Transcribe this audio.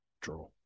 draw